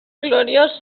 gloriós